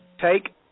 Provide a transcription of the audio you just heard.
take